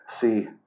See